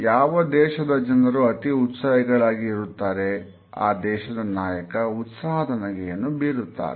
ಯಾವ ದೇಶದ ಜನರು ಅತಿ ಉತ್ಸಾಹಿಗಳಾಗಿ ಇರುತ್ತಾರೆ ಆ ದೇಶದ ನಾಯಕ ಉತ್ಸಾಹದ ನಗೆಯನ್ನು ಬೀರುತ್ತಾರೆ